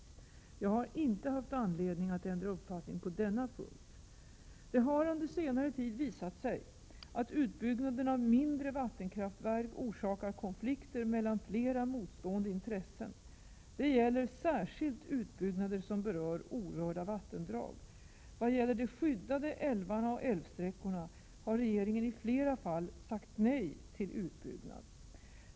Jag har inte haft anledning att ändra uppfattning på denna punkt. Det har under senare tid visat sig att utbyggnaden av mindre vattenkraftverk orsakar konflikter mellan flera motstående intressen. Det gäller särskilt utbyggnader som berör orörda vattendrag. Vad gäller de skyddade älvarna och älvsträckorna har regeringen i flera fall sagt nej till utbyggnad.